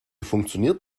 funktioniert